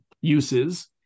uses